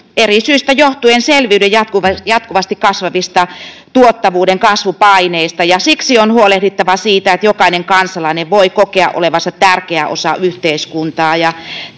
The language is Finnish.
eri syistä johtuen selviydy jatkuvasti kasvavista tuottavuuden kasvupaineista, ja siksi on huolehdittava siitä, että jokainen kansalainen voi kokea olevansa tärkeä osa yhteiskuntaa.